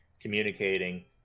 communicating